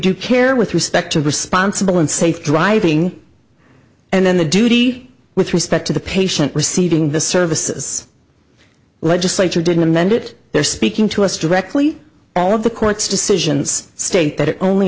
with respect to responsible and safe driving and then the duty with respect to the patient receiving the services legislature didn't amend it they're speaking to us directly all of the court's decisions state that it only